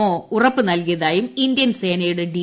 O ഉറപ്പ് നൽകിയതായും Indian സേനയുടെ ഡി